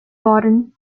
button